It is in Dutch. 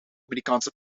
amerikaanse